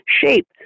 shape